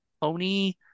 Pony